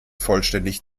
vollständig